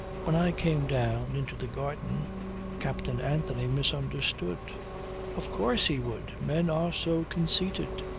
when i came down into the garden captain anthony misunderstood of course he would. men are so conceited,